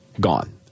gone